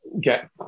get